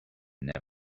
never